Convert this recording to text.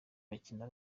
bakira